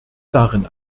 darin